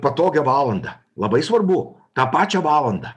patogią valandą labai svarbu tą pačią valandą